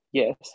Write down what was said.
Yes